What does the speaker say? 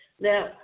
Now